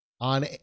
on